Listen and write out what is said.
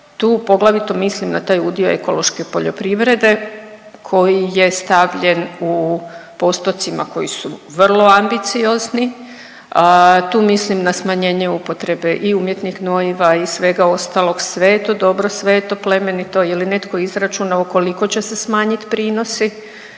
tu poglavito mislim na taj udio ekološke poljoprivrede koji je stavljen u postocima koji su vrlo ambiciozni. Tu mislim na smanjenje upotrebe i umjetnih gnojiva i svega ostalog, sve je to dobro, sve je to plemenito. Je li netko izračunao koliko će se smanjiti prinosi,